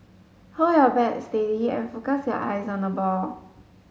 hold your bat steady and focus your eyes on the ball